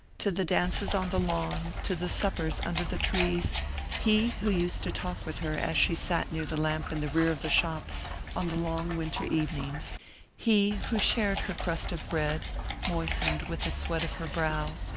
to the dances on the lawn, to the suppers under the trees he who used to talk with her as she sat near the lamp in the rear of the shop on the long winter evenings he who shared her crust of bread moistened with the sweat of her brow,